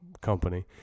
company